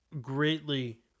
greatly